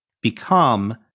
become